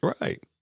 Right